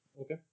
Okay